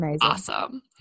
awesome